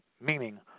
meaning